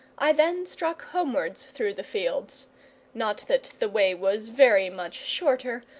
i then struck homewards through the fields not that the way was very much shorter,